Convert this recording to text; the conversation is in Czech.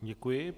Děkuji.